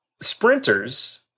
Sprinters